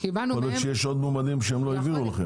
יכול להיות שיש עוד מועמדים שהם לא העבירו לכם.